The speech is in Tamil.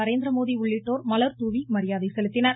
நரேந்திரமோடி உள்ளிட்டோர் மலர்தூவி மரியாதை செலுத்தினர்